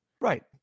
Right